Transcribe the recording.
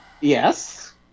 Yes